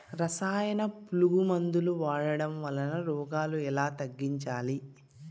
రసాయన పులుగు మందులు వాడడం వలన రోగాలు ఎలా తగ్గించాలి?